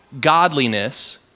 godliness